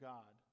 God